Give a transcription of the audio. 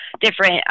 different